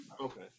Okay